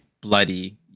Bloody